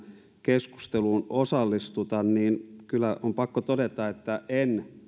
keskusteluun osallistuta niin kyllä on pakko todeta